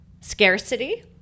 scarcity